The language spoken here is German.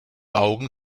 augen